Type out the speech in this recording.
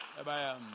Amen